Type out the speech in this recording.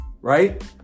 right